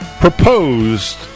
proposed